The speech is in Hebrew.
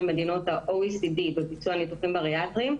מדינות ה-OECD בביצוע ניתוחים בריאטריים,